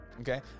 okay